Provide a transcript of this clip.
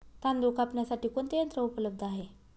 तांदूळ कापण्यासाठी कोणते यंत्र उपलब्ध आहे?